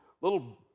little